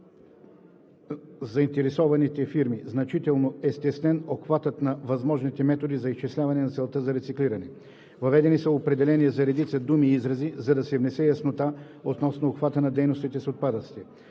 държавите членки значително е стеснен обхватът на възможните методи за изчисляване на целта по рециклиране. - Въведени са определения за редица думи и изрази, за да се внесе яснота относно обхвата на дейностите с отпадъците.